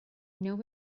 know